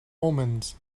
omens